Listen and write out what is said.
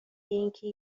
اینکه